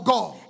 God